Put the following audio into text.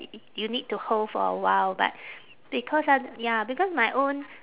you need to hold for a while but because ah ya because my own